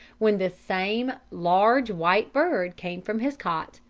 when this same large white bird came from his cot,